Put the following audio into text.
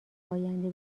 آینده